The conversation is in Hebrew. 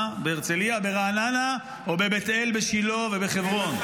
בהרצליה וברעננה או בבית אל, בשילה ובחברון?